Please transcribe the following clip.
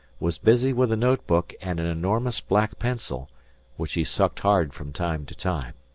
was busy with a note-book and an enormous black pencil which he sucked hard from time to time.